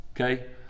Okay